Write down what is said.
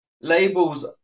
labels